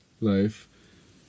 life